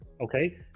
Okay